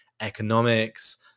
economics